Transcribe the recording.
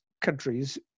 countries